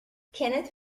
kenneth